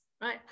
Right